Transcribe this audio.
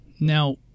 Now